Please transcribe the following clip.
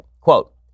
Quote